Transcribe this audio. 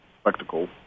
spectacle